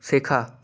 শেখা